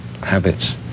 habits